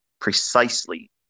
precisely